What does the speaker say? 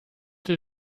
did